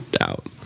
out